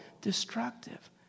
destructive